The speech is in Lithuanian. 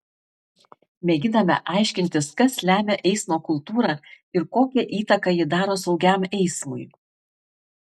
mėginame aiškintis kas lemia eismo kultūrą ir kokią įtaką ji daro saugiam eismui